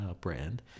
brand